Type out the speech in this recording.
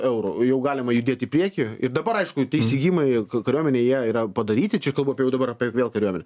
eurų jau galima judėti į priekį ir dabar aišku tie įsigijimai kariuomenėj jie yra padaryti čia kalbu apie jau dabar apie vėl kariuomenę